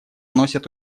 носят